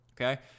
okay